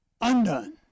undone